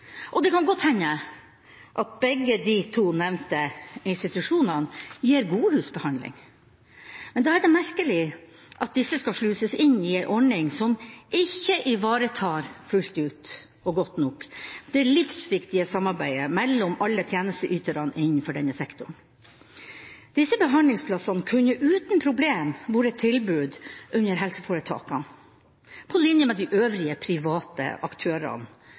Det kan godt hende at begge de to nevnte institusjonene gir god rusbehandling, men da er det merkelig at disse skal sluses inn i en ordning som ikke ivaretar fullt ut og godt nok det livsviktige samarbeidet mellom alle tjenesteyterne innenfor denne sektoren. Disse behandlingsplassene kunne uten problem vært et tilbud under helseforetakene, på linje med de øvrige private aktørene